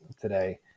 today